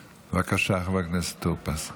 בבקשה, חבר הכנסת טור פז.